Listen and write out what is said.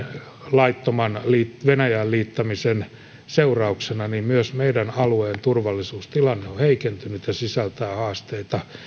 laittoman venäjään liittämisen seurauksena myös meidän alueemme turvallisuustilanne on heikentynyt ja sisältää haasteita